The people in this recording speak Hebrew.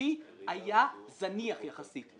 היציבותי היה זניח יחסית,